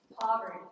poverty